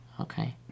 Okay